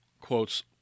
quotes